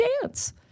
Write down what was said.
dance